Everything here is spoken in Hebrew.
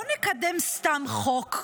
לא נקדם סתם חוק,